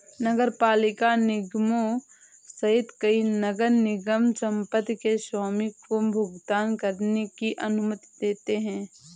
नगरपालिका निगमों सहित कई नगर निगम संपत्ति के स्वामी को भुगतान करने की अनुमति देते हैं